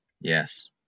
Yes